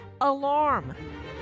alarm